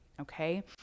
Okay